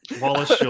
Wallace